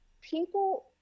people